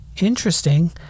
interesting